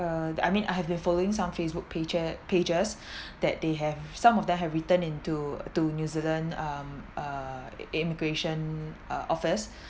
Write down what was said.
uh I mean I have been following some facebook pages pages that they have some of them have written into to new zealand um uh immigration uh office